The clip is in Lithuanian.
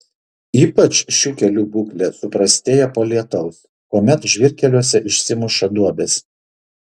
ypač šių kelių būklė suprastėja po lietaus kuomet žvyrkeliuose išsimuša duobės